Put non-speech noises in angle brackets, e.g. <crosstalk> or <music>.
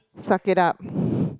suck it up <breath>